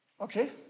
okay